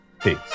Peace